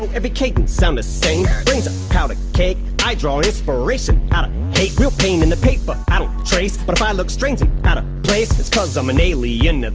every cadence sound the same brain's a powder keg, i draw inspiration outta hate real pain in the paper, i don't trace but if i look strange and outta place it's cause i'm an alien,